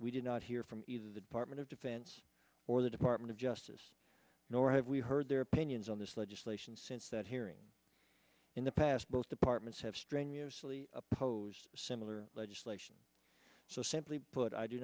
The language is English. we did not hear from either the department of defense or the department of justice nor have we heard their opinions on this legislation since that hearing in the past both departments have strenuously opposed similar legislation so simply put i do